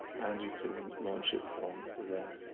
and you can launch it from there.